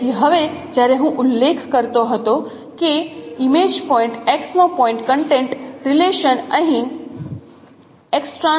તેથી હવે જ્યારે હું ઉલ્લેખ કરતો હતો કે ઈમેજ પોઇન્ટ x નો પોઇન્ટ કન્ટેન્ટ રિલેશન અહીં વ્યક્ત કરી શકાય છે